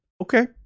Okay